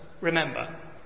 remember